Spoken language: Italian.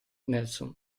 nelson